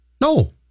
No